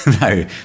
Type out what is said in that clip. no